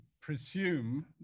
presume